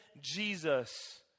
Jesus